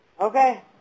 Okay